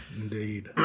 Indeed